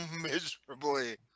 miserably